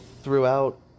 Throughout